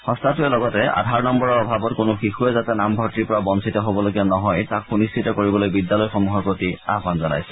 সংস্থাটোৰে লগতে আধাৰ নম্নৰৰ অভাৱত কোনো শিশুৰে যাতে নামভৰ্তিৰ পৰা বঞ্চিত হবলগীয়া নহয় তাক সুনিশ্চিত কৰিবলৈ বিদ্যালয়সমূহৰ প্ৰতি আহান জনাইছে